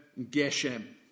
Geshem